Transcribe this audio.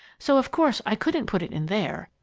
so of course i couldn't put it in there,